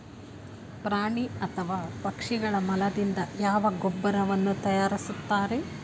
ಪ್ರಾಣಿ ಅಥವಾ ಪಕ್ಷಿಗಳ ಮಲದಿಂದ ಯಾವ ಗೊಬ್ಬರವನ್ನು ತಯಾರಿಸುತ್ತಾರೆ?